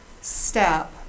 step